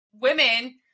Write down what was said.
women